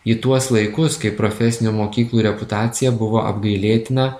į tuos laikus kai profesinių mokyklų reputacija buvo apgailėtina